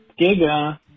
Giga